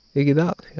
you get out